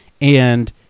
and-